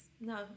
no